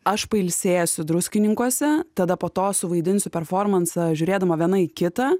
aš pailsėsiu druskininkuose tada po to suvaidinsiu performansą žiūrėdama viena kitą